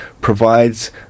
provides